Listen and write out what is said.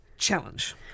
Challenge